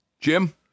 Jim